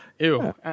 Ew